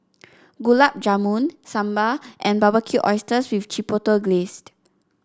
Gulab Jamun Sambar and Barbecued Oysters with Chipotle Glazed